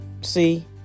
See